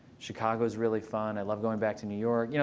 chicago is really fun. i love going back to new york. you know